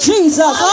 Jesus